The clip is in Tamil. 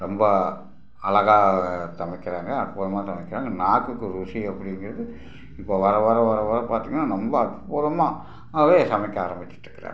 ரொம்ப அழகாக சமைக்கிறாங்க அற்புதமாக சமைக்கிறாங்க நாக்குக்கு ருசி அப்படிங்கிறது இப்போ வர வர வர வர பார்த்தீங்கன்னா ரொம்ப அற்புதமாகவே சமைக்க ஆரம்மிச்சிட்டு இருக்கிறாங்க